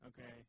okay